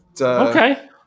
Okay